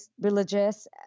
religious